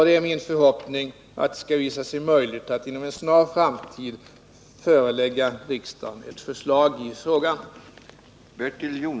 Det är min förhoppning att det skall visa sig möjligt att inom en snar framtid förelägga riksdagen ett förslag i frågan.